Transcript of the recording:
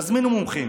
תזמינו מומחים,